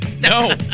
No